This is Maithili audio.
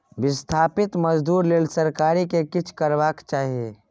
बिस्थापित मजदूर लेल सरकार केँ किछ करबाक चाही